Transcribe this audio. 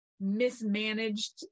mismanaged